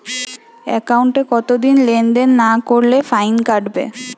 একাউন্টে কতদিন লেনদেন না করলে ফাইন কাটবে?